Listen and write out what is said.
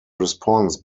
response